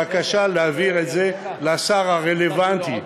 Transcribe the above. בקשה להעביר את זה לשר הרלוונטי,